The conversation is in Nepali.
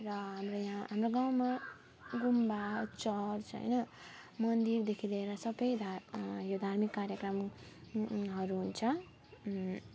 र हाम्रो यहाँ हाम्रो गाउँमा गुम्बा चर्च होइन मन्दिरदेखि लिएर सबै धार् यो धार्मिक कार्यक्रम हरू हुन्छ